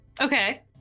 Okay